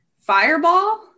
fireball